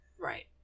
Right